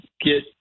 get